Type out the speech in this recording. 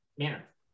manner